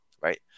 right